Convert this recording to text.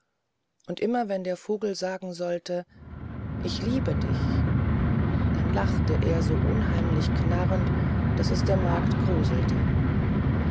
und immer wenn der vogel sagen sollte ich liebe dich dann lachte er so unheimlich knarrend daß es der magd gruselte